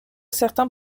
certains